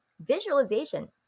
visualization